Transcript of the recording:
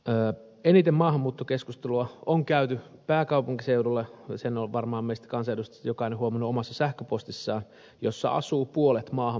eniten maahanmuuttokeskustelua on käyty pääkaupunkiseudulla sen on varmaan meistä kansanedustajista jokainen huomannut omassa sähköpostissaan missä asuu puolet maahanmuuttajistamme